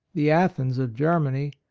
the athens of germany,